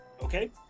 Okay